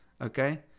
Okay